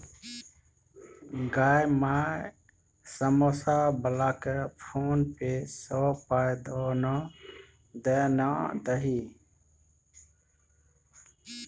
गै माय समौसा बलाकेँ फोने पे सँ पाय दए ना दही